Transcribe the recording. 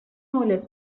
muller